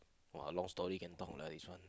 !wah! long story can talk lah this one